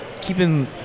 keeping